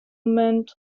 meant